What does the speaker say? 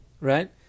right